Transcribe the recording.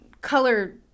color